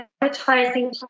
advertising